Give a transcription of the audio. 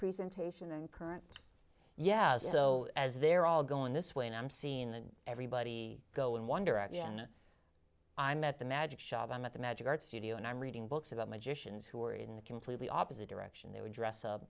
presentation and current yeah so as they're all going this way and i'm seeing that everybody go and wonder at the end i met the magic shop i'm at the magic art studio and i'm reading books about magicians who are in the completely opposite direction they would dress up